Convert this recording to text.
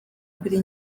kuri